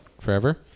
forever